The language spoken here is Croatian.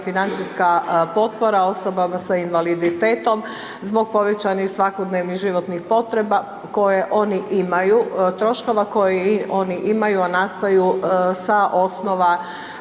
financijska potpora osobama sa invaliditetom zbog povećanih svakodnevnih životnih potreba koje oni imaju, troškova koje oni imaju a nastaju sa osnova